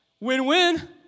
win-win